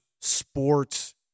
sports